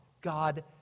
God